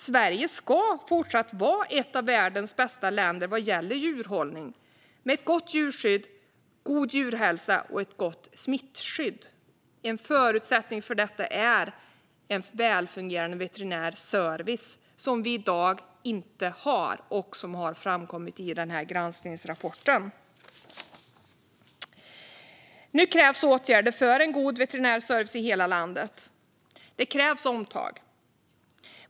Sverige ska fortsatt vara ett av världens bästa länder vad gäller djurhållning och ha ett gott djurskydd, en god djurhälsa och ett gott smittskydd. En förutsättning för detta är en välfungerande veterinär service - och det har vi inte i dag, vilket har framkommit i granskningsrapporten. Nu krävs åtgärder för en god veterinär service i hela landet. Det krävs omtag.